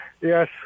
Yes